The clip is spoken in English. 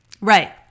Right